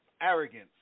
arrogance